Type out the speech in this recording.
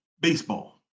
baseball